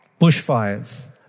Bushfires